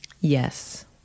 Yes